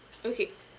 okay